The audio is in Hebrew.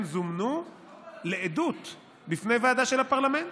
זומנו לעדות בפני הוועדה של הפרלמנט,